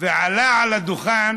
ועלה על הדוכן